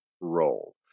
role